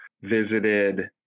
visited